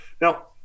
Now